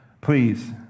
Please